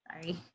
sorry